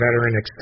veteran